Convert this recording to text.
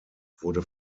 wurde